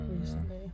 recently